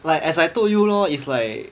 like as I told you lor it's like